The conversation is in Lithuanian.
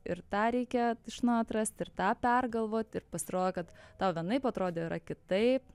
ir tą reikia iš naujo atrasti ir tą pergalvoti ir pasirodo kad tau vienaip atrodė o yra kitaip